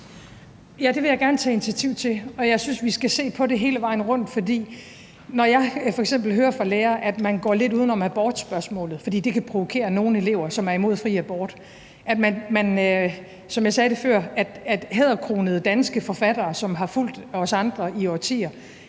det vil jeg gerne tage initiativ til, og jeg synes, vi skal se på det hele vejen rundt. For når jeg f.eks. hører fra lærere, at man går lidt uden om abortspørgsmålet, fordi det kan provokere nogle elever, som er imod fri abort, at hæderkronede danske forfattere, som jeg sagde det før, som har fulgt os andre i årtier,